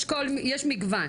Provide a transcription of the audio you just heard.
יש מגוון.